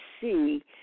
see